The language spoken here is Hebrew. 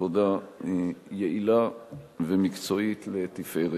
עבודה יעילה ומקצועית לתפארת.